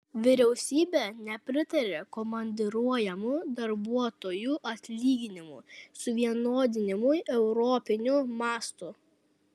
vyriausybė nepritaria komandiruojamų darbuotojų atlyginimų suvienodinimui europiniu mastu